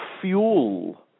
fuel